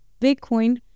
Bitcoin